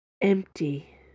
empty